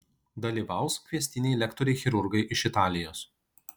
dalyvaus kviestiniai lektoriai chirurgai iš italijos